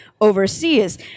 overseas